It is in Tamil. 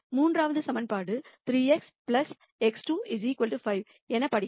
மூன்றாவது சமன்பாடு 3x x2 5 எனப் படிக்கலாம்